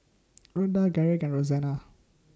Ronda Garrick and Rozanne